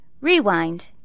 Rewind